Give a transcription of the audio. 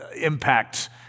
impact